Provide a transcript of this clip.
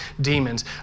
demons